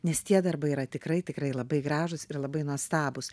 nes tie darbai yra tikrai tikrai labai gražūs ir labai nuostabūs